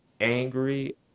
angry